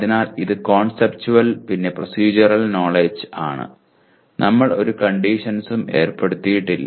അതിനാൽ ഇത് കോൺസെപ്റ്റുവൽ പിന്നെ പ്രോസെഡ്യൂറൽ നോലെഡ്ജ് ആണ് നമ്മൾ ഒരു കണ്ടിഷൻസും ഏർപ്പെടുത്തിയിട്ടില്ല